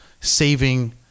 saving